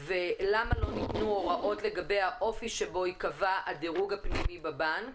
ולמה לא ניתנו הוראות לגבי האופי שבו ייקבע הדירוג הפנימי בבנק,